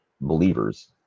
believers